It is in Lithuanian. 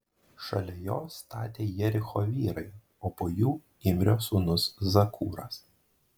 šalia jo statė jericho vyrai o po jų imrio sūnus zakūras